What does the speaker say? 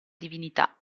divinità